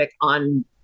on